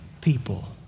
people